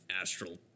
Astral